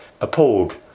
appalled